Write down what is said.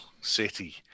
city